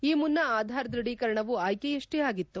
ಈ ಮುನ್ನ ಆಧಾರ್ ದೃಢೀಕರಣವು ಆಯ್ಕೆಯಷ್ಷೇ ಆಗಿತ್ತು